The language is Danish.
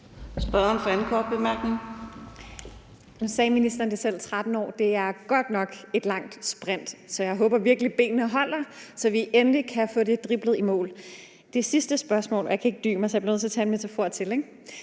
Velasquez (EL): Der nævnte ministeren det selv: 13 år. Det er godt nok et langt sprint, så jeg håber virkelig, benene holder, så vi endelig kan få det driblet i mål. Jeg har et sidste spørgsmål, og jeg kan ikke dy mig, så jeg bliver nødt til at tage endnu en metafor i